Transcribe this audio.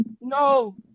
No